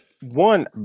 One